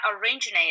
originated